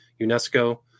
UNESCO